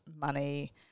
money